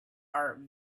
are